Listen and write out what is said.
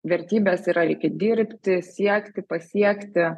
vertybės yra reikia dirbti siekti pasiekti